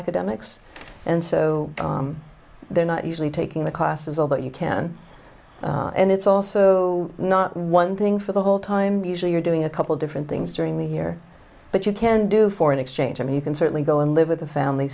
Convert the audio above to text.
academics and so they're not usually taking the classes all that you can and it's also not one thing for the whole time usually you're doing a couple different things during the year but you can do foreign exchange i mean you can certainly go and live with a family